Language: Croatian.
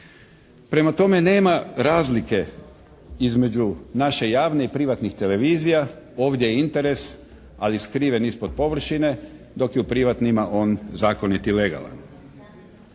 Prema tome, nema razlike između naše javne i privatnih televizija. Ovdje je interes ali skriven ispod površine dok je u privatnima on zakonit i legalan.